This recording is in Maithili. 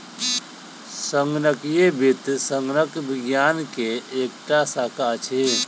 संगणकीय वित्त संगणक विज्ञान के एकटा शाखा अछि